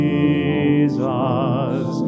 Jesus